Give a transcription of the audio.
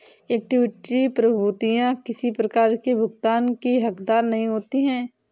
equity प्रभूतियाँ किसी प्रकार की भुगतान की हकदार नहीं होती